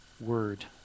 word